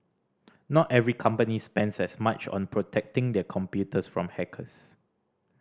not every company spends as much on protecting their computers from hackers